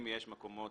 אם יש מקומות